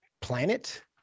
planet